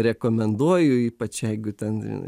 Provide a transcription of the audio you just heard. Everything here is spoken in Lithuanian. rekomenduoju ypač jeigu ten